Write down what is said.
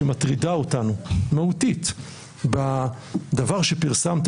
שמטרידה אותנו בדבר שפרסמת,